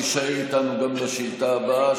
אנא תישאר איתנו גם לשאילתה הבאה,